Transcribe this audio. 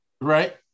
Right